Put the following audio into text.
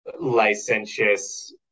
Licentious